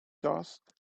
dust